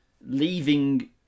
leaving